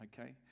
Okay